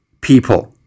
people